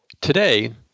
today